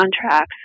contracts